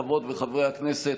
חברות וחברי הכנסת,